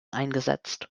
eingesetzt